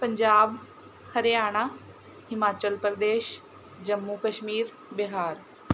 Punjab Haryana Himachal Pradesh Jammu Kashmir Bihar